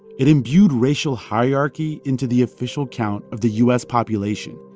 it imbued racial hierarchy into the official count of the u s. population.